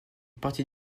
partie